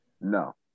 No